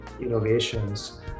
innovations